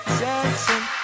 dancing